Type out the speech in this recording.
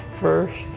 first